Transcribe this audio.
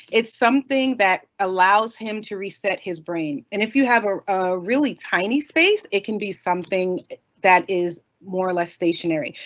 it's something that allows him to reset his brain. and if you have a really tiny space, it can be something that is more stationary.